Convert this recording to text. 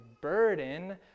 burden